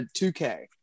2K